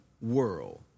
world